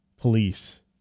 police